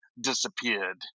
disappeared